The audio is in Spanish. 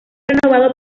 renovado